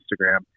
Instagram